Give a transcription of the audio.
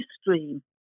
stream